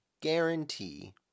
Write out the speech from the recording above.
guarantee